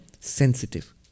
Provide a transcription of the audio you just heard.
sensitive